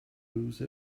whose